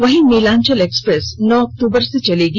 वहीं नीलांचल एक्सप्रेस नौ अक्टूबर से चलेगी